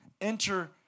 enter